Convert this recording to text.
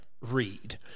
read